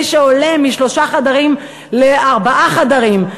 מי שעולה משלושה חדרים לארבעה חדרים,